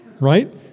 Right